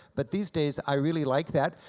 but these days i really like that.